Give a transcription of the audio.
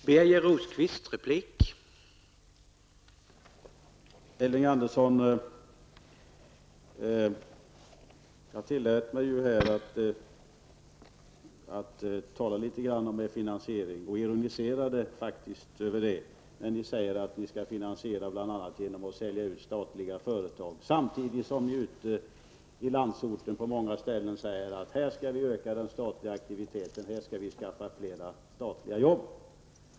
Herr talman! Jag tillät mig, Elving Andersson, att tala litet grand om centerns finansiering, och jag ironiserade faktiskt över att ni säger att finansieringen bl.a. skall ske genom utförsäljning av statliga företag samtidigt som ni ute i landsorten på många ställen säger att den statliga aktiviteten skall öka och att ni skall skaffa fram fler statliga arbeten.